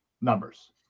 numbers